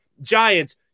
Giants